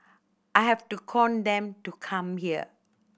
I have to con them to come here